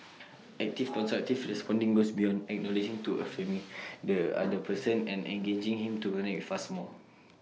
active constructive responding goes beyond acknowledging to affirming the other person and engaging him to connect with us more